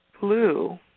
blue